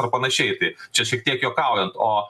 ar panašiai į tai čia šiek tiek juokaujant o